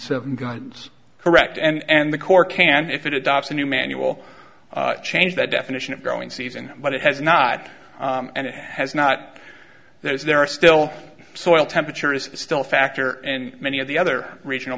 seven guns correct and the core can if it adopts a new manual change that definition of growing season but it has not and has not there is there are still soil temperature is still a factor and many of the other regional